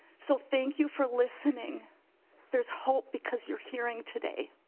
so thank you for listening there is hope because you are hearing today.